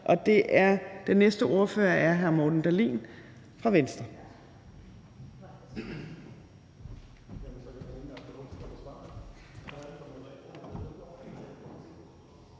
og den næste ordfører er hr. Morten Dahlin fra Venstre.